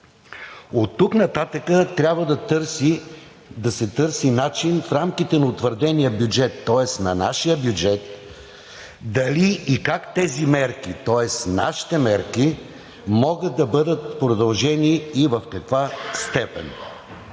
Оттук нататък трябва да се търси начин в рамките на утвърдения бюджет, тоест на нашия бюджет, дали и как тези мерки, тоест нашите мерки, могат да бъдат продължени и в каква степен.